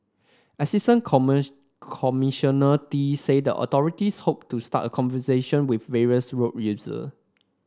Assistant Commissioner Tee said the authorities hoped to start the conversation with various road user